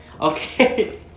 Okay